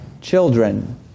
children